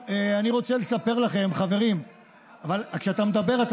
מה היה יותר חשוב מחיילי צה"ל?